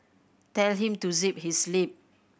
tell him to zip his lip